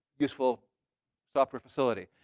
useful software facility.